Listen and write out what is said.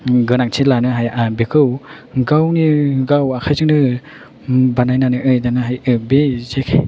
गोनांथि लानो हाया बेखौ गावनो गाव आखायजोंनो बानायनानै लानो हायो बे जेखाय